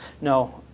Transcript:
No